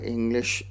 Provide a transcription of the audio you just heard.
English